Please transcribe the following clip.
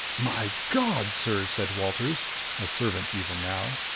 my god, sir! said walters a servant even now.